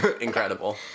Incredible